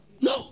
No